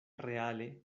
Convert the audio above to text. reale